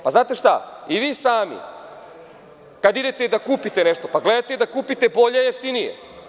Znate šta, i vi sami kada idete da kupite nešto, pa gledate da kupite bolje i jeftinije.